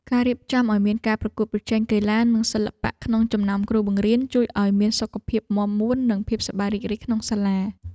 ការរៀបចំឱ្យមានការប្រកួតប្រជែងកីឡានិងសិល្បៈក្នុងចំណោមគ្រូបង្រៀនជួយឱ្យមានសុខភាពមាំមួននិងភាពសប្បាយរីករាយក្នុងសាលា។